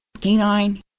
canine